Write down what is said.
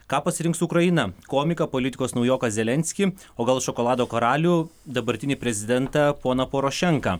ką pasirinks ukraina komiką politikos naujoką zelenskį o gal šokolado karalių dabartinį prezidentą poną porošenką